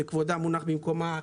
וכבודה מונח במקומה,